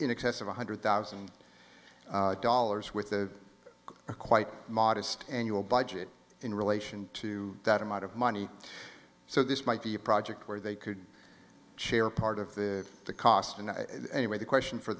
one hundred thousand dollars with the quite modest annual budget in relation to that amount of money so this might be a project where they could share part of the the cost and anyway the question for